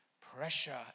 Pressure